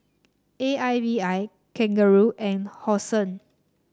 A I B I Kangaroo and Hosen